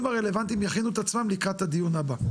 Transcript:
הרלוונטיים יכינו את עצמם לקראת הדיון הבא.